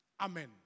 Amen